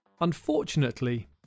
Unfortunately